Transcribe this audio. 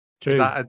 True